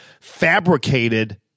fabricated